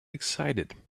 excited